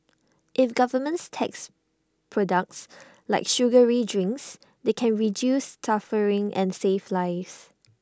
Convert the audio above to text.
if governments tax products like sugary drinks they can reduce suffering and save lives